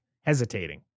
hesitating